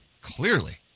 Clearly